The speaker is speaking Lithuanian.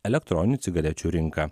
elektroninių cigarečių rinką